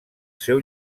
seu